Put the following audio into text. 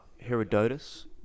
Herodotus